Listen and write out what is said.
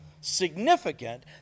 significant